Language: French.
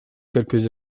quelques